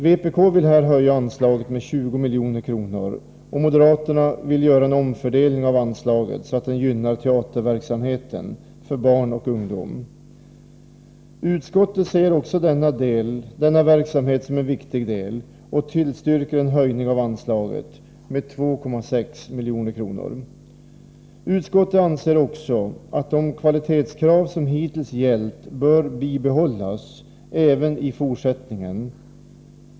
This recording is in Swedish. Vpk vill höja anslaget med 20 milj.kr., och moderaterna vill göra en omfördelning av anslaget så att teaterverksamheten för barn och ungdom gynnas. Utskottet anser också denna verksamhet vara viktig och tillstyrker en höjning av anslaget med 2,6 milj.kr. Utskottet anser också att de kvalitetskrav som hittills gällt bör bibehållas även i fortsättningen.